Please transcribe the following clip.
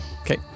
Okay